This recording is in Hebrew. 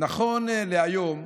נכון להיום,